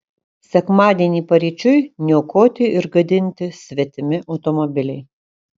sekmadienį paryčiui niokoti ir gadinti svetimi automobiliai